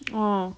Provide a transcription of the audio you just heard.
oh